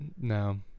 No